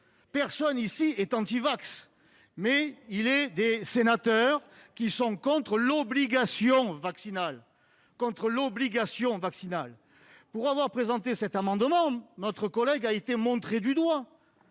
Personne ici n'est antivax ; en revanche, il est des sénateurs qui sont contre l'obligation vaccinale. Pour avoir présenté cet amendement, notre collègue a été montrée du doigt.